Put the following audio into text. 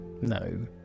No